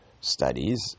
studies